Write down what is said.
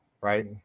right